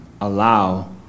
allow